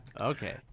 Okay